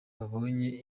babonye